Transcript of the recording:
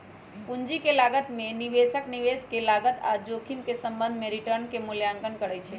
पूंजी के लागत में निवेशक निवेश के लागत आऽ जोखिम के संबंध में रिटर्न के मूल्यांकन करइ छइ